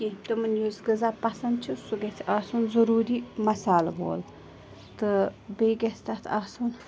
کیٚنہہ تِمَن یُس غزا پَسَنٛد چھُ سُہ گژھِ آسُن ضٔروٗری مَسالہٕ وول تہٕ بیٚیہِ گژھِ تَتھ آسُن